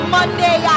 Monday